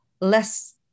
less